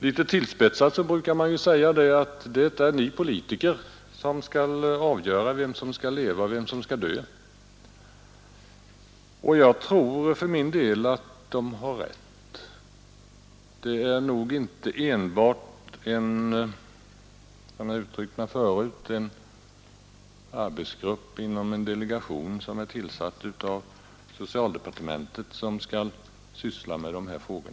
Litet tillspetsat brukar man säga att det är politikerna som skall avgöra vem som skall leva och vem som skall dö, och jag tror för min del att detta är riktigt. Jag har uttryckt mig förut så att det inte enbart skall vara arbetsgruppen inom en delegation som är tillsatt av socialdepartementet som skall syssla med dessa frågor.